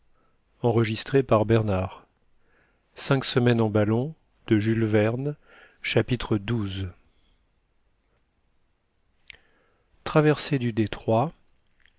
chapitre xii traversée du détroit